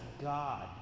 God